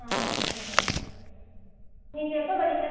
ஆ okay madam நீங்கள் எப்போ வரிங்க